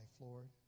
Lord